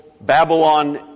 Babylon